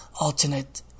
alternate –